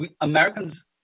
Americans